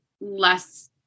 less